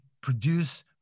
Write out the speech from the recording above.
produce